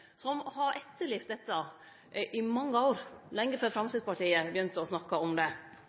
som har etterlevd dette i mange år – lenge før Framstegspartiet begynte å snakke om det.